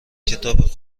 کتاب